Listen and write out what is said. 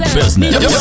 business